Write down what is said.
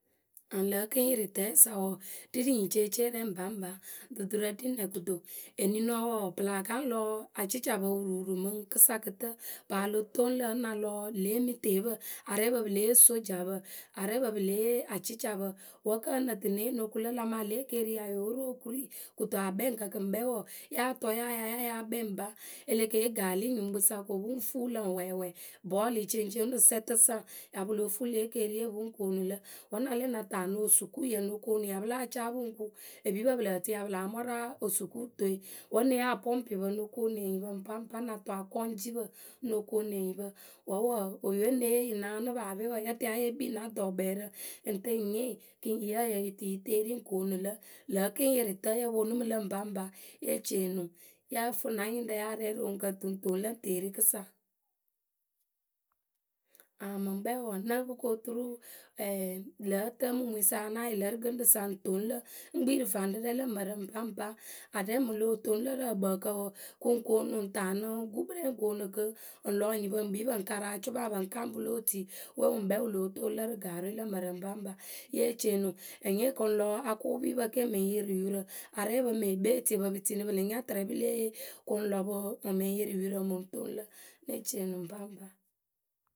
Aŋ lǝ̌ kɨŋyɩrɩtǝyǝ sa wɔɔ, ri rǝ nyiceeceeyǝ rɛ ŋpaŋpa duturǝ ɖi nɛ kɨto? Eninɔ wɔɔ pɨ laa ka ŋ lɔ acicapǝ wuruwuru mɨŋkɨsa kɨtǝ, paa lo toŋ lǝ̈ wǝ́ ŋ na lɔ lě ǝmiteepǝ. Arɛɛpǝ pɨ le yee osojapǝ. Arɛɛpǝ pǝ le ye acicapǝ wǝ́ kǝ́ wǝ́ ŋ nǝ tɨ ŋ ne yee ŋ no ku lǝ̌? La maa lě ekeeri ya yóo ru okorui kɨto akpɛŋkǝ kɨ ŋkpɛ wɔɔ, ya tɔ ya yaa ya yáa kpɛŋ ŋpa. E le ke yee gaali nyuŋkpǝ sa ko pɨ ŋ fuu lǝ ŋwǝ wɛɛwɛɛ. Bolɩ ceŋceŋ onuŋ sept cent pɨ ya lóo fuu lě ekeeriye pɨ ŋ koonu lǝ, wǝ́ ŋ na lɛ ŋ na taanɨ osukuuyǝ ŋ no koonu pɨ ya láa caa pɨ ŋ ku epipǝ pǝ lǝǝ tɨ pɨ ya láa mwaara osukuutooe wǝ́ ŋ ne yee apɔŋpɩpǝ ŋ no koonu enyipǝ ŋpaŋpa ŋ na tɔ akɔŋjipǝ ŋ no koonu enyipǝ wǝ́ wɔɔ, oyǝwe ŋ ne yee yǝ naanɨ paape wɔɔ yǝ tɨ ya ye kpii na dɔɔkpɛɛrǝ ŋ tɨ ŋ nyɩɩ kɨ ŋ yee ǝyǝ yǝ tɨ yǝ teeri ŋ koonu lǝ. Lǝ̌ kɨŋyɩrɩtǝyǝ ponu mɨ lǝ ŋpaŋpa ye ceeni ŋwǝ yǝ fɨ na nyɩŋrǝ ya rɛ rǝ oŋuŋkǝ ŋ tɨ ŋ toŋ lǝ ŋ teeri kɨsa. Aŋ ŋmɨ ŋkpɛ wǝǝ ŋ́ nǝ́ǝ pɨ koturu ɛɛ lǝ̌ tǝmumuŋyǝ sa ŋ ya náa yɩrɩ lǝ rǝ gɨŋrǝ sa ŋ toŋ lǝ. ŋ́ kpii rǝ vaŋrǝ rɛ lǝ mǝrǝ ŋpaŋpa aɖɛ mɨŋ loh toŋ lǝ rǝ ǝkpǝǝkǝ wǝǝ, kɨ ŋ koonu, ŋ taanɨ gukpǝ rɛ ŋ koonu kɨ pǝ lɔ enyipǝ ŋ kpii pɨ ŋ karɨ acʊma, pɨ ŋ kaŋ pǝ lo otui we wǝ ŋkpɛ wǝ lóo toŋ lǝ rǝ gaarǝ we lǝ mǝrǝ ŋpaŋpa. Ye ceeni ŋwǝ ŋ nyɩɩ kɨ ŋ lɔ akʊpipǝ ke mǝ ŋ yɩrɩ yurǝ arɛɛpǝ mɨŋ ekpeetiepǝ ɨ tini pɨ lǝŋ nya tɨrɛ pɨ lée yee kɨ ŋ lɔ pɨ mɨ ŋ yɩrɩ yurǝ mɨ ŋ toŋ lǝ ŋ́ ne ceeni ŋwǝ ŋpaŋpa.